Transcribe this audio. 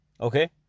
Okay